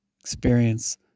experience